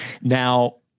Now